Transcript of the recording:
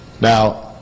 Now